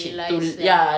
realise that